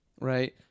right